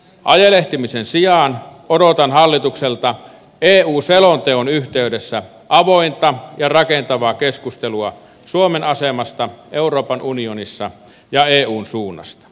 ajelehtimisen sijaan odotan hallitukselta eu selonteon yhteydessä avointa ja rakentavaa keskustelua suomen asemasta euroopan unionissa ja eun suunnasta